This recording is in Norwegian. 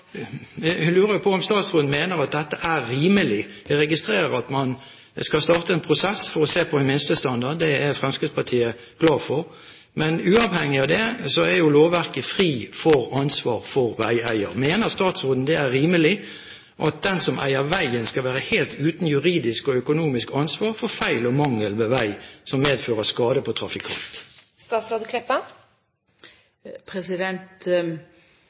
Jeg lurer på om statsråden mener at dette er rimelig. Jeg registrerer at man skal starte en prosess for å se på en minstestandard, det er Fremskrittspartiet glad for. Men uavhengig av det er lovverket fritt for ansvar for veieier. Mener statsråden det er rimelig at den som eier veien, skal være helt uten juridisk og økonomisk ansvar for feil og mangler ved vei som medfører skade på